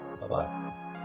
bye-bye